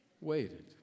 waited